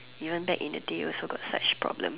even back in the day also got such problem